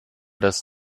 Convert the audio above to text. das